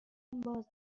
باز